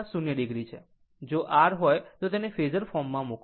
જો r હોય તો તેને ફેઝર ફોર્મમાં મૂકો